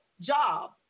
job